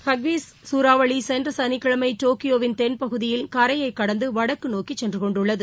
Hagibis சூறாவளி சென்ற சனிக்கிழமை டோக்கியோவின் தென்பகுதியில் கரையை கடந்து வடக்கு நோக்கி சென்றுகொண்டுள்ளது